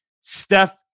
Steph